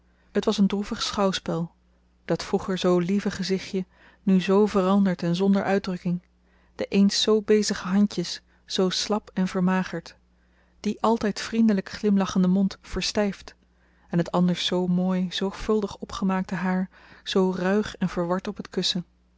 het was een droevig schouwspel dat vroeger zoo lieve gezichtje nu zoo veranderd en zonder uitdrukking de eens zoo bezige handjes zoo slap en vermagerd die altijd vriendelijk glimlachende mond verstijfd en het anders zoo mooie zorgvuldig opgemaakte haar zoo ruig en verward op het kussen